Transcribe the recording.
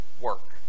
work